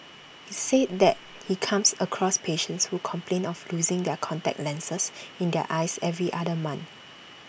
he said that he comes across patients who complain of losing their contact lenses in their eyes every other month